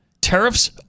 Tariffs